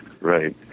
Right